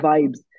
vibes